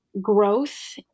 growth